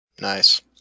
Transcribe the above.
Nice